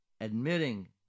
admitting